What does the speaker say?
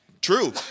True